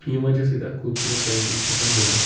ییٚمہِ وجہ سۭتۍ اَکھ خوٗبصوٗرت پینٛٹِنٛگ چھِ ہٮ۪کان بٔنِتھ